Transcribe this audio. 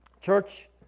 church